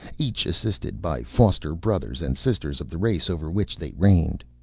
each assisted by foster-brothers and sisters of the race over which they reigned.